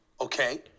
okay